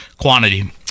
quantity